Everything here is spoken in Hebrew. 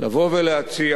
ולהציע